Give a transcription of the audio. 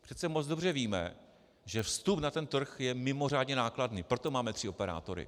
Přece moc dobře víme, že vstup na trh je mimořádně nákladný, proto máme tři operátory.